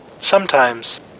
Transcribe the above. Sometimes